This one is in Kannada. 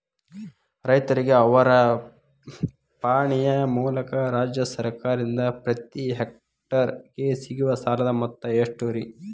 ರೈತರಿಗೆ ಅವರ ಪಾಣಿಯ ಮೂಲಕ ರಾಜ್ಯ ಸರ್ಕಾರದಿಂದ ಪ್ರತಿ ಹೆಕ್ಟರ್ ಗೆ ಸಿಗುವ ಸಾಲದ ಮೊತ್ತ ಎಷ್ಟು ರೇ?